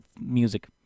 music